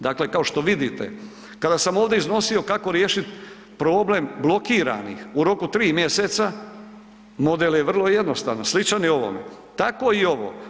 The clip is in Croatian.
Dakle kao što vidite kada sam ovdje iznosio kako riješiti problem blokiranih u roku tri mjeseca, model je vrlo jednostavan, sličan je ovome, tako i ovo.